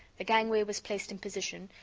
the gangway was placed in position,